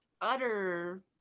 utter